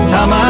Time